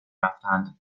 رفتند